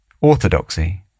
orthodoxy